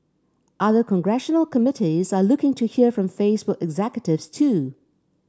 other congressional committees are looking to hear from Facebook executives too